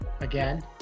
again